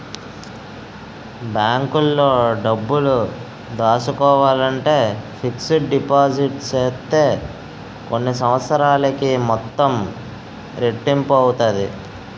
బ్యాంకులో డబ్బులు దాసుకోవాలంటే ఫిక్స్డ్ డిపాజిట్ సేత్తే కొన్ని సంవత్సరాలకి మొత్తం రెట్టింపు అవుతాది